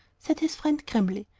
said his friend, grimly.